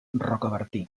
rocabertí